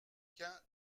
qu’un